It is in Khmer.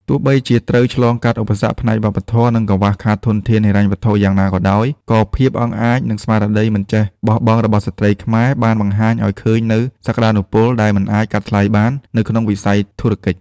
ទោះបីជាត្រូវឆ្លងកាត់ឧបសគ្គផ្នែកវប្បធម៌ និងកង្វះខាតធនធានហិរញ្ញវត្ថុយ៉ាងណាក៏ដោយ ក៏ភាពអង់អាច និងស្មារតីមិនបោះបង់របស់ស្ត្រីខ្មែរ បានបង្ហាញឱ្យឃើញនូវសក្ដានុពលដែលមិនអាចកាត់ថ្លៃបាននៅក្នុងវិស័យធុរកិច្ច។